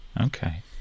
Okay